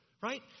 Right